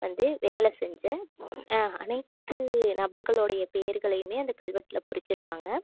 வந்து வேலை செஞ்ச அனைத்து நபர்களுடைய பேர்களையுமே அந்த கல்வெட்டில் பொரிச்சிருக்காங்க